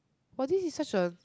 !wah! this is such a